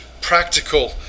practical